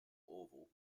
oval